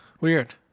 Weird